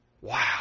Wow